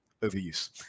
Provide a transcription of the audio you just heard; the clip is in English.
overuse